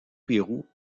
pérou